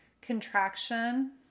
contraction